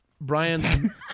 Brian